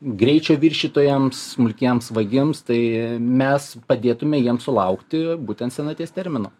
greičio viršytojams smulkiems vagims tai mes padėtume jiem sulaukti būtent senaties termino